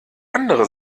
andere